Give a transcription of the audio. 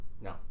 No